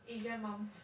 asian mums